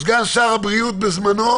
סגן שר הבריאות בזמנו,